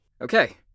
Okay